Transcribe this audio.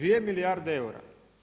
2 milijarde eura.